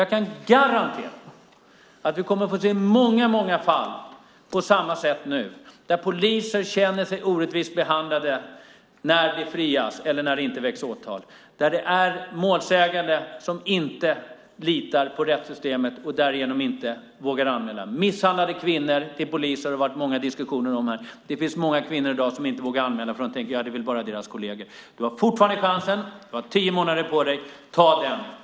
Jag kan garantera att vi kommer att få se många fall på samma sätt som nu där poliser känner sig orättvist behandlade när det frias eller när det inte väcks åtal och målsägande inte litar på rättssystemet och därigenom inte vågar anmäla. Misshandlade kvinnor till poliser har det varit många diskussioner om här, och det finns många kvinnor i dag som inte vågar anmäla för att de tänker: Ja, det är väl bara de polisernas kolleger som hanterar ärendet. Du har fortfarande chansen. Du har tio månader på dig. Ta chansen!